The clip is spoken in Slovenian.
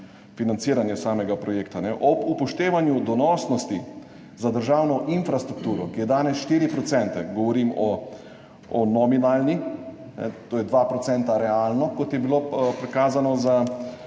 financiranje samega projekta. Ob upoštevanju donosnosti za državno infrastrukturo, ki je danes 4 %, govorim o nominalni, to je 2 % realno, kot je bilo prikazano za